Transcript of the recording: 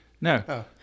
No